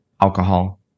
alcohol